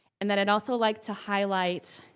and then i'd also like to highlight